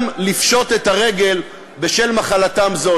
גם לפשוט את הרגל בשל מחלתם זו,